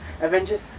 Avengers